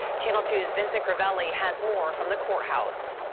channel two's vincent crivelli has more from the courthouse.